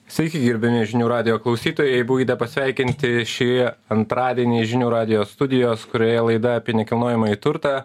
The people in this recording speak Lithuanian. sveiki gerbiami žinių radijo klausytojai būkite pasveikinti šį antradienį žinių radijo studijos kurioje laida apie nekilnojamąjį turtą